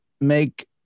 make